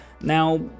Now